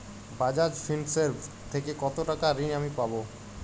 Bajaj Finserv থেকে কতো টাকা ঋণ আমি পাবো?